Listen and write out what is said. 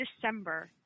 December